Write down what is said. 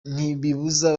ntibibuza